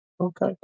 Okay